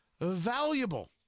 valuable